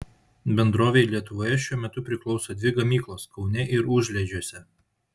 bendrovei lietuvoje šiuo metu priklauso dvi gamyklos kaune ir užliedžiuose